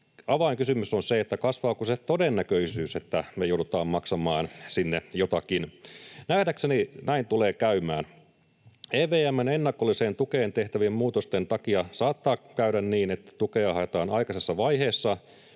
avainkysymys on se, kasvaako sen todennäköisyys, että me joudutaan maksamaan sinne jotakin. Nähdäkseni näin tulee käymään. EVM:n ennakolliseen tukeen tehtävien muutosten takia saattaa käydä niin, että tukea haetaan aikaisessa vaiheessa